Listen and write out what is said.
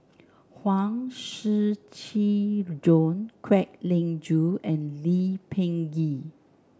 Huang Shiqi Joan Kwek Leng Joo and Lee Peh Gee